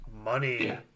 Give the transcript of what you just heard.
Money